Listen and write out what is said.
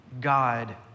God